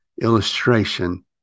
illustration